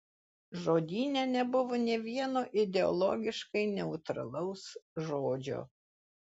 žodyne nebuvo nė vieno ideologiškai neutralaus žodžio